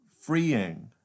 freeing